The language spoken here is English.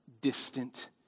distant